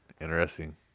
Interesting